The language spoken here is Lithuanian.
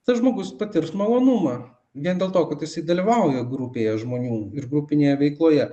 tas žmogus patirs malonumą vien dėl to kad jisai dalyvauja grupėje žmonių ir grupinėje veikloje